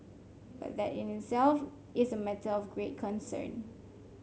but that in itself is a matter of great concern